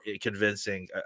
convincing